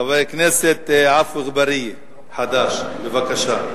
חבר הכנסת עפו אגבאריה, חד"ש, בבקשה.